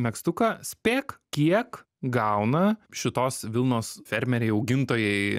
megztuką spėk kiek gauna šitos vilnos fermeriai augintojai